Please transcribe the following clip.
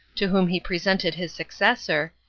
to whom he presented his successor,